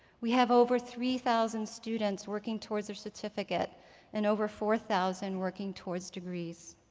we have over three thousand students working towards a certificate and over four thousand working towards degrees.